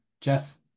Jess